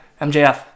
MJF